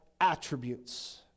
attributes